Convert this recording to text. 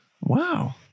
Wow